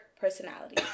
personality